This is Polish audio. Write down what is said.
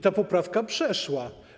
Ta poprawka przeszła.